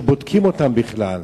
שבודקים אותם בכלל,